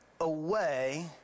away